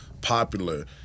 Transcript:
popular